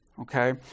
Okay